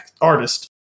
artist